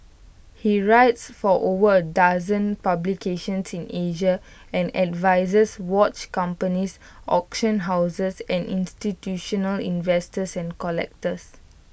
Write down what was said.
he writes for over A dozen publications in Asia and advises watch companies auction houses and institutional investors and collectors